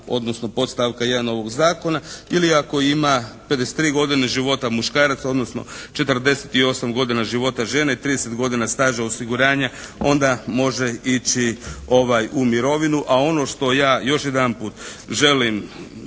odnosno postavka 1. ovog Zakona ili ako ima 53 godine života muškarac, odnosno 48 godina života žena i 30 godina staža osiguranja, onda može ići u mirovinu. A ono što ja još jedanput želim